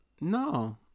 No